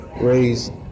raised